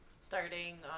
Starting